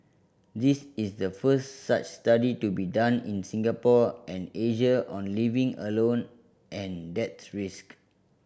this is the first such study to be done in Singapore and Asia on living alone and death risk